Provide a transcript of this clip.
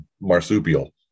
marsupial